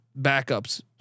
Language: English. backups